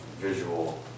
visual